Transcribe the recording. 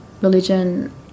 religion